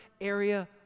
area